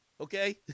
Okay